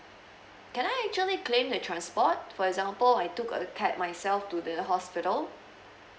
can I actually claim the transport for example I took a cab myself to the hospital